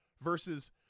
versus